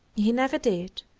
he never did,